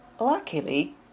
Luckily